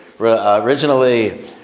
originally